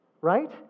right